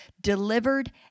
delivered